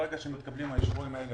ברגע שמתקבלים האישורים האלה,